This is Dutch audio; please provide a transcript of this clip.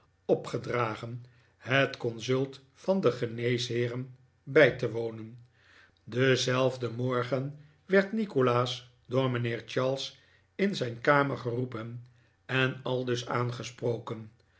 opgedragen het consult van de geneesheeren bij te wonen denzelfden morgen werd nikolaas door mijnheer charles in zijn kamer geroepen en aldus aangesproken